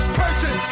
person